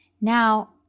Now